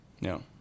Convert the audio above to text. no